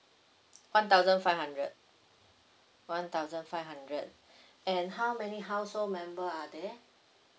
one thousand five hundred one thousand five hundred and how many household member are there